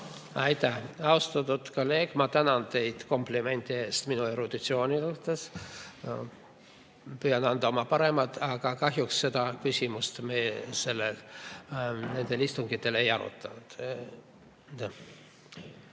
Aitäh! Austatud kolleeg, ma tänan teid komplimendi eest minu eruditsiooni suhtes! Püüan anda oma parima. Aga kahjuks seda küsimust me nendel istungitel ei arutanud.